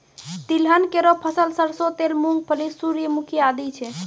तिलहन केरो फसल सरसों तेल, मूंगफली, सूर्यमुखी आदि छै